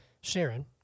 Sharon